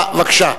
בבקשה.